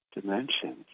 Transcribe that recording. dimensions